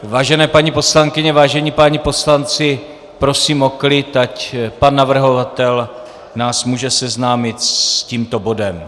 Vážené paní poslankyně, vážení páni poslanci, prosím o klid, ať nás pan navrhovatel může seznámit s tímto bodem.